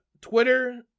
Twitter